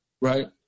right